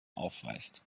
aufweist